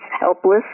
helpless